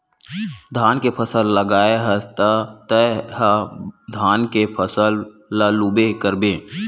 धान के फसल लगाए हस त तय ह धान के फसल ल लूबे करबे